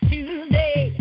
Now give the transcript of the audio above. Tuesday